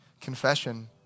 confession